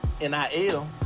NIL